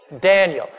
Daniel